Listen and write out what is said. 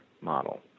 model